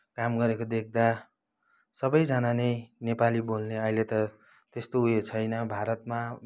काम गरेको देख्दा सबैजना नै नेपाली बोल्ने अहिले त त्यस्तो उयो छैन भारतमा